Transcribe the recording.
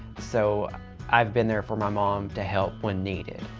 so i've been there for my mom to help when needed.